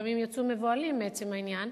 שלפעמים יצאו מבוהלים מעצם העניין,